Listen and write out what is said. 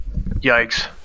yikes